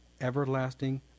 everlasting